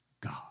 God